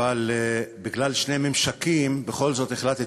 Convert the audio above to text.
אבל בגלל שני ממשקים בכל זאת החלטתי